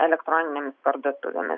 elektroninėmis parduotuvėmis